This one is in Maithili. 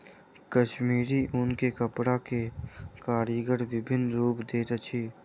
कश्मीरी ऊन के कपड़ा के कारीगर विभिन्न रूप दैत अछि